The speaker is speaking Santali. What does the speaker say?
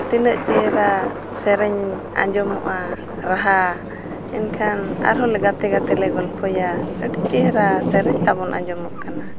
ᱛᱤᱱᱟᱹᱜ ᱪᱮᱦᱨᱟ ᱥᱮᱨᱮᱧ ᱟᱡᱚᱢᱜᱼᱟ ᱨᱟᱦᱟ ᱮᱱᱠᱷᱟᱱ ᱟᱨᱦᱚᱸ ᱞᱮ ᱜᱟᱛᱮ ᱜᱟᱛᱮᱞᱮ ᱜᱚᱞᱯᱷᱚᱭᱟ ᱟᱹᱰᱤ ᱪᱮᱦᱨᱟ ᱥᱮᱨᱮᱧ ᱛᱟᱵᱚᱱ ᱟᱡᱚᱢᱚᱜ ᱠᱟᱱᱟ